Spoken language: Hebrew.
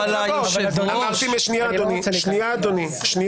אבל היושב-ראש --- אני לא אמרתי שברוב המדינות,